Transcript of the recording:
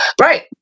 Right